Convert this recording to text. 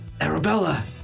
Arabella